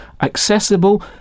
accessible